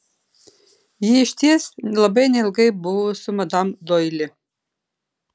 ji išties labai neilgai buvo su madam doili